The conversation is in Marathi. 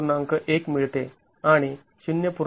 १ मिळते आणि ०